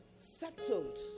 settled